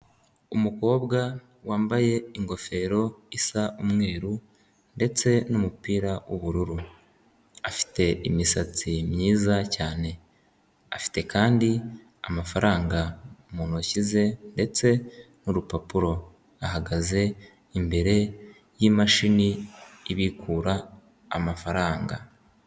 Umukobwa wambaye ingofero isa umweru ndetse n'umupira w'ubururu. Afite imisatsi myiza cyane. Afite kandi amafaranga mu ntoki ze ndetse n'urupapuro. Ahagaze imbere y'imashini ibikura amafaranga.